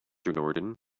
norton